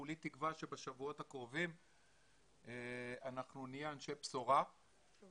כולי תקווה שבשבועות הקרובים אנחנו נהיה אנשי בשורה ולכן,